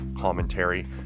commentary